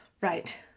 right